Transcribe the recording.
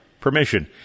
permission